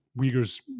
Uyghurs